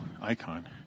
icon